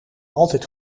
altijd